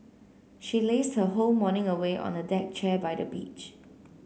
she lazed her whole morning away on a deck chair by the beach